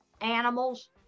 animals